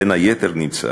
בין היתר נמצא